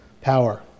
power